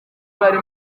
bari